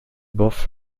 both